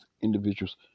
individuals